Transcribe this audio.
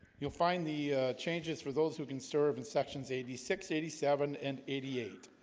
you'll find the changes for those who can serve in sections eighty six eighty seven and eighty eight